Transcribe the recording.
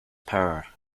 power